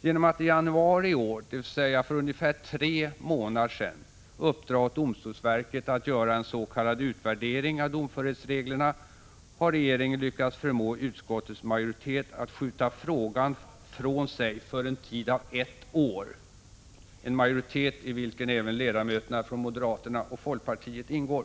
Genom att i januari i år, dvs. för ungefär tre månader sedan, uppdra åt domstolsverket att göra en s.k. utvärdering av domförhetsreglerna har regeringen lyckats förmå utskottets majoritet att skjuta frågan från sig för en tid av ett år, en majoritet i vilken även ledamöterna från moderaterna och folkpartiet ingår.